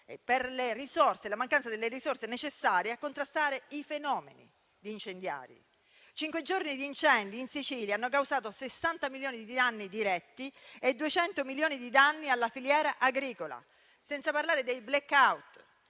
e la mancanza delle risorse necessarie a contrastare i fenomeni incendiari. Cinque giorni di incendi in Sicilia hanno causato 60 milioni di danni diretti e 200 milioni di danni alla filiera agricola, senza parlare dei *blackout*